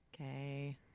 Okay